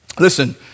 Listen